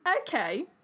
Okay